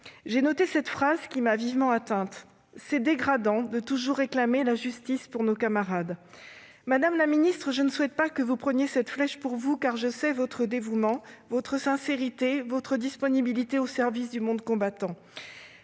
J'ai noté cette phrase, qui m'a vivement atteinte :« C'est dégradant de toujours réclamer la justice pour nos camarades. » Madame la ministre, je ne souhaite pas que vous preniez cette flèche pour vous, car je sais votre dévouement, votre sincérité et votre disponibilité au service du monde combattant.